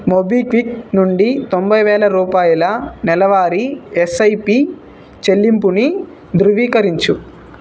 MobiKwik నుండి తొంబై వేల రూపాయల నెలవారీ ఎస్ఐపి చెల్లింపుని ధృవీకరించు